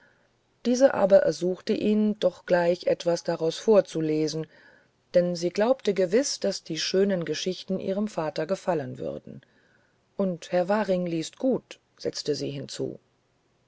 diese aber ersuchte ihn doch gleich etwas daraus vorzulesen denn sie glaubte gewiß daß die schönen geschichten ihrem vater gefallen würden und herr waring liest gut setzte sie hinzu